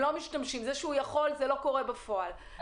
זה לא קורה בפועל,